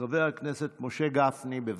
חבר הכנסת משה גפני, בבקשה.